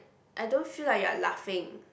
I don't feel like you are laughing